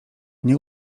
nie